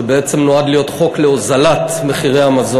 שבעצם נועד להיות חוק להוזלת המזון.